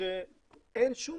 שאין שום